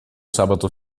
sabato